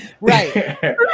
Right